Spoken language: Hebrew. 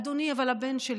אדוני, אבל הבן שלי.